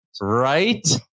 Right